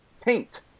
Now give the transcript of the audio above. paint